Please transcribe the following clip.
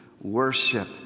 Worship